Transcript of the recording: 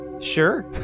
Sure